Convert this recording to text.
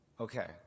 okay